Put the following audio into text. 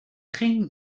ging